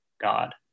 God